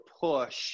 push